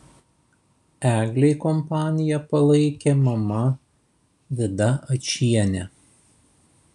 eglei kompaniją palaikė mama vida ačienė